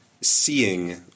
seeing